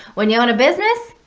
when you own a business,